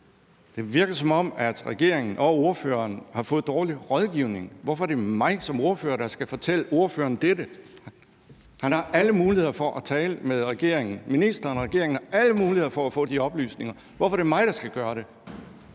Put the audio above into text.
Det virker, som om regeringen og ordføreren har fået dårlig rådgivning. Hvorfor er det mig som ordfører, der skal fortælle ordføreren dette? Han har haft alle muligheder for at tale med ministeren og regeringen for at få de oplysninger. Hvorfor er det mig, der skal gøre det?